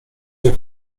cię